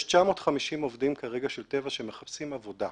יש 950 עובדים כרגע של טבע שמחפשים עבודה.